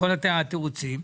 כל התירוצים,